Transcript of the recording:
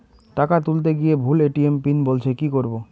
টাকা তুলতে গিয়ে ভুল এ.টি.এম পিন বলছে কি করবো?